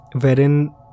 wherein